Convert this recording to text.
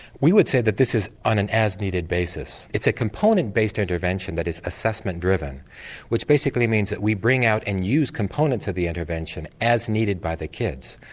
we would say that this is on an as needed basis, it's a component based intervention that is assessment driven which basically means that we bring out and use components of the intervention as needed by the kids.